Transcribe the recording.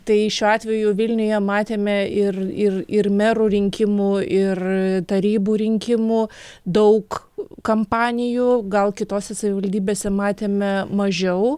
tai šiuo atveju vilniuje matėme ir ir ir merų rinkimų ir tarybų rinkimų daug kampanijų gal kitose savivaldybėse matėme mažiau